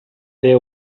they